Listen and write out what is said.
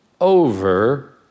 over